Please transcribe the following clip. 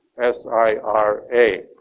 S-I-R-A